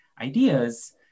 ideas